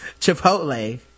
Chipotle